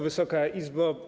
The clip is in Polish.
Wysoka Izbo!